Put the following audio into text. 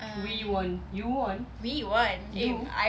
we won you won you